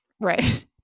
Right